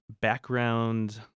background